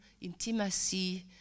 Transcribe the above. intimacy